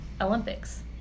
Olympics